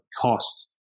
cost